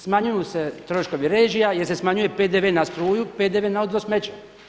Smanjuju se troškovi režija jer se smanjuje PDV na struju, PDV na odvoz smeća.